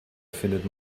findet